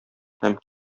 һәм